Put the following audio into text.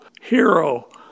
hero